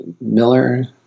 miller